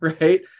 right